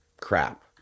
crap